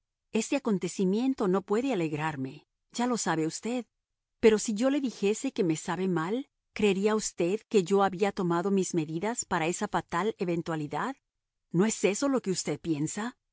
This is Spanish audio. ese acontecimiento no puede alegrarme ya lo sabe usted pero si yo le dijese que me sabe mal creería usted que yo había tomado mis medidas para esa fatal eventualidad no es eso lo que usted piensa